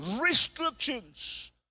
restrictions